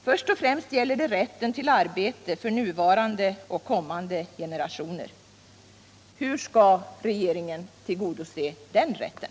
Först och främst gäller det rätten till arbete för nu levande och kommande generationer. Hur skall regeringen tillgodose den rätten?